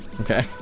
Okay